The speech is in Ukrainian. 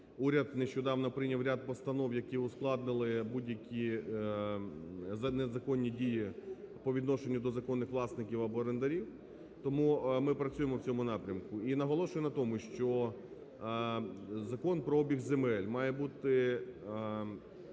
Уряд нещодавно прийняв ряд постанов, які ускладнили будь-які незаконні дії по відношенню до законних власників або орендарів, тому ми працюємо в цьому напрямку. І наголошую на тому, що Закон про обіг земель має бути